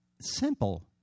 Simple